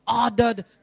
ordered